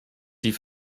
die